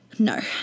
No